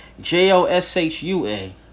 J-O-S-H-U-A